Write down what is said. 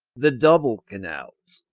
the double canals.